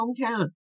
hometown